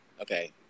okay